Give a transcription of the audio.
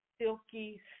Silky